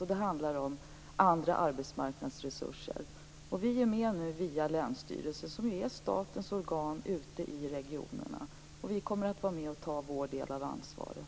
Det handlar om andra arbetsmarknadsresurser. Vi är nu med via länsstyrelsen, som ju är statens organ ute i regionerna. Vi kommer att vara med och ta vår del av ansvaret.